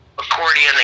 accordion